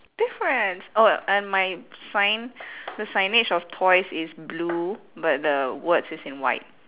difference oh and my sign the signage of toys is blue but the words is in white